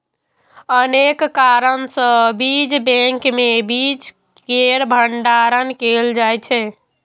अनेक कारण सं बीज बैंक मे बीज केर भंडारण कैल जाइ छै